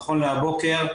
נכון להבוקר,